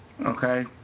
okay